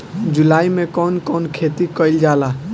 जुलाई मे कउन कउन खेती कईल जाला?